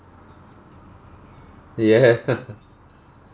yeah